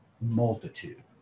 Multitude